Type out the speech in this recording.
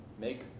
Make